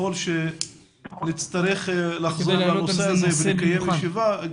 ככל שנצטרך לחזור לנושא הזה ולקיים ישיבה,